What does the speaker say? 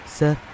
sir